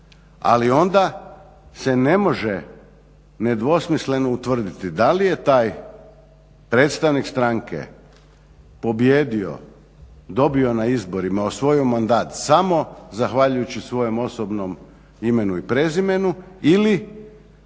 Ali onda se ne može nedvosmisleno utvrditi da li je taj predstavnik stranke pobijedio dobio na izborima, osvojio mandat samo zahvaljujući svojem osobnom imenu i prezimenu ili